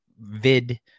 vid